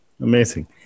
Amazing